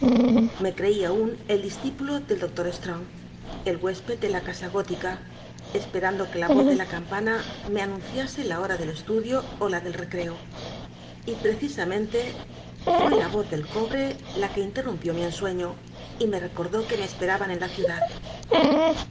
me creí aun el discípulo del doctor strong el huesped de la casa gótica esperando que la oz de la campana me anunciase la hora del estudio ó la del recreo y precisamente fué la voz del cobre biblioteca nacional de españa da vid copper field la que interrumpió mi en ueiío y me recordó que me espcaban en la ciudad